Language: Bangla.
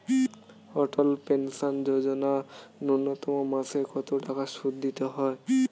অটল পেনশন যোজনা ন্যূনতম মাসে কত টাকা সুধ দিতে হয়?